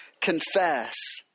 confess